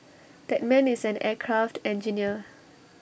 that man is an aircraft engineer